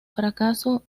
fracaso